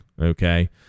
Okay